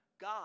God